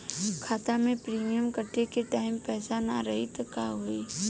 खाता मे प्रीमियम कटे के टाइम पैसा ना रही त का होई?